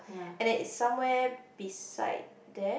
and it is somewhere beside that